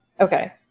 Okay